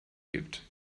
gibt